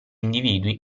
individui